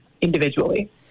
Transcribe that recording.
individually